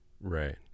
right